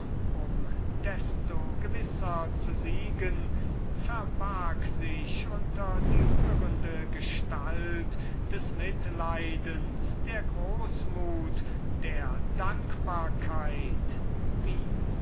um desto gewisser zu siegen verbarg sich unter die rührende gestalt des mitleidens der großmut der dankbarkeit wie er